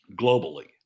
globally